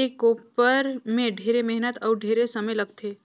ए कोपर में ढेरे मेहनत अउ ढेरे समे लगथे